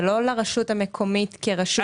ולא לרשות המקומית כרשות.